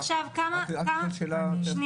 תודה.